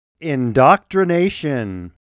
Indoctrination